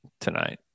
tonight